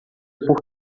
por